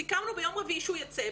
סיכמנו ביום רביעי שהוא יצא.